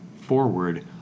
forward